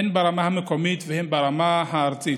הן ברמה המקומית והן ברמה הארצית,